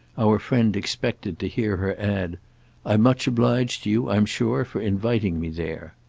our friend expected to hear her add i'm much obliged to you, i'm sure, for inviting me there.